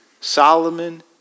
Solomon